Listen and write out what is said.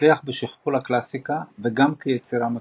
מצליח בשכפול הקלאסיקה וגם כיצירה מקורית,